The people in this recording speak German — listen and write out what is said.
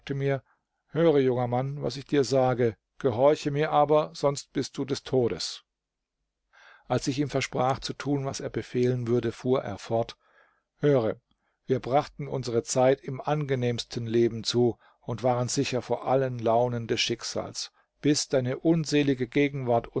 mir höre junger mann was ich dir sage gehorche mir aber sonst bist du des todes als ich ihm versprach zu tun was er befehlen würde fuhr er fort höre wir brachten unsre zeit im angenehmsten leben zu und waren sicher vor allen launen des schicksals bis deine unselige gegenwart